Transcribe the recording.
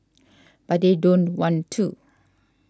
but they don't want to